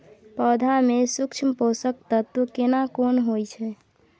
पौधा में सूक्ष्म पोषक तत्व केना कोन होय छै?